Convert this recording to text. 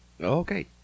Okay